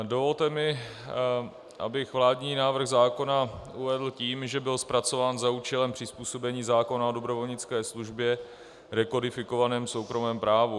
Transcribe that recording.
Dovolte mi, abych vládní návrh zákona uvedl tím, že byl zpracován za účelem přizpůsobení zákona o dobrovolnické službě rekodifikovanému soukromém právu.